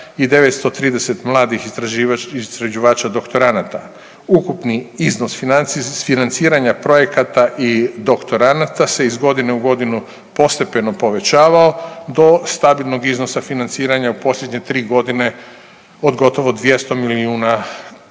930 mladih istraživača doktoranata. Ukupni iznos financiranja projekata i doktoranata se iz godine u godinu postepeno povećavao do stabilnog iznosa financiranja u posljednje 3.g. od gotovo 200 milijuna